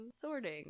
sorting